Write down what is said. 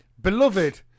Beloved